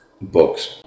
books